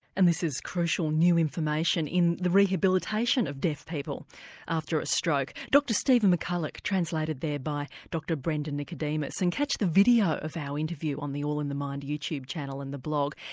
and this is crucial new information in the rehabilitation of deaf people after a stroke. dr stephen mccullough translated there by dr brenda nicodemus. nicodemus. and catch the video of our interview on the all in the mind youtube channel and the blog.